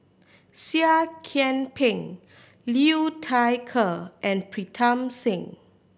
Seah Kian Peng Liu Thai Ker and Pritam Singh